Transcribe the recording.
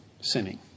sinning